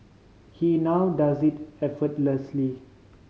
he now does it effortlessly